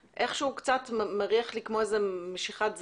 איכשהו זה קצת מריח לי כמו משיכת זמן.